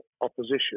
opposition